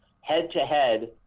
head-to-head